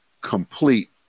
complete